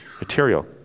material